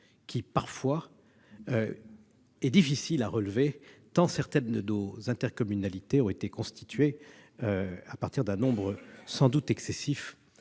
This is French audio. parfois difficile à relever, tant certaines de nos intercommunalités ont été constituées à partir d'un nombre sans doute excessif